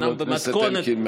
חבר הכנסת אלקין,